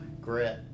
grit